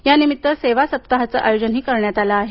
यानिमित्त सेवा सप्ताहाचं आयोजनही करण्यात आलं आहे